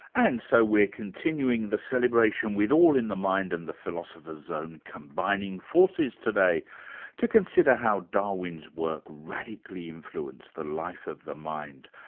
and so we are continuing the celebration with all in the mind and the philosopher's zone combining forces today to consider how darwin's work radically influenced the life of the mind.